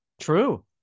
True